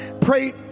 Pray